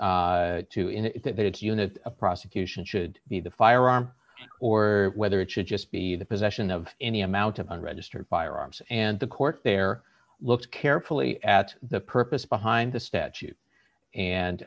that unit a prosecution should be the firearm or whether it should just be the possession of any amount of unregistered firearms and the court there looked carefully at the purpose behind the statute and